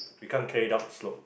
we can't carry it upslope